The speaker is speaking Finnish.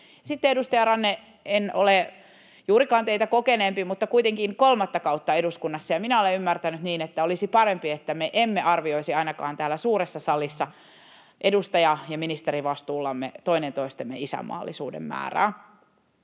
edustaja Ranne, en ole juurikaan teitä kokeneempi, mutta kuitenkin kolmatta kautta eduskunnassa, ja minä olen ymmärtänyt niin, että olisi parempi, että me emme arvioisi ainakaan täällä suuressa salissa edustaja‑ ja ministerivastuullamme toinen toistemme isänmaallisuuden määrää.